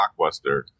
Blockbuster